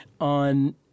on